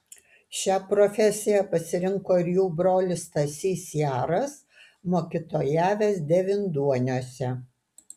šią profesiją pasirinko ir jų brolis stasys jaras mokytojavęs devynduoniuose